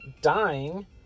dying